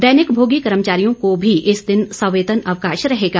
दैनिक भोगी कर्मचारियों को भी इस दिन सवेतन अवकाश रहेगा